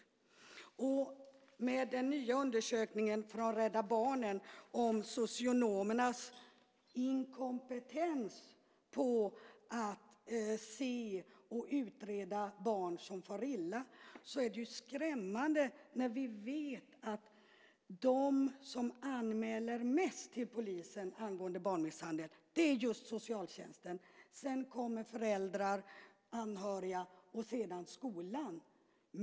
Med tanke på den nya undersökningen från Rädda Barnen om socionomernas inkompetens när det gäller att se och utreda barn som far illa är det skrämmande när vi vet att den som anmäler mest till polisen angående barnmisshandel är just socialtjänsten. Sedan kommer föräldrar och anhöriga och sedan skolan.